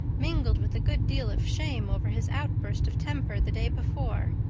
mingled with a good deal of shame over his outburst of temper the day before.